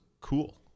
cool